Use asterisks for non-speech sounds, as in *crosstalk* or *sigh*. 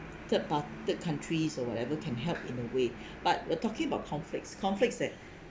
third part~ third countries or whatever can help in a way *breath* but we're talking about conflicts conflicts that